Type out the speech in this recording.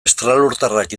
estralurtarrak